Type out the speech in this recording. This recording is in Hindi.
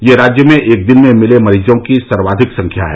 यह राज्य में एक दिन में मिले मरीजों की सर्वाधिक संख्या है